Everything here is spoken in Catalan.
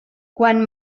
quan